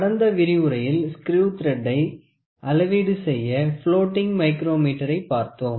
கடந்த விரிவுரையில் ஸ்கிரேவ் த்ரெட்டை அளவீடு செய்ய பிலோட்டிங் மைக்ரோமீட்டரை பார்த்தோம்